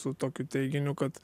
su tokiu teiginiu kad